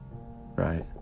Right